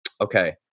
okay